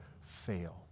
fail